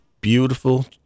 beautiful